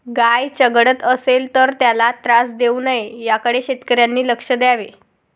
गाय चघळत असेल तर त्याला त्रास देऊ नये याकडे शेतकऱ्यांनी लक्ष द्यावे